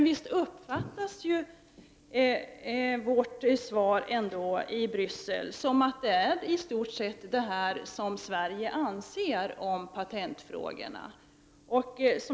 Visst uppfattas vårt svar i Bryssel ändå som att detta i stort sett är vad Sverige anser om patentfrågorna.